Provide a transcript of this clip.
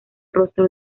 rostro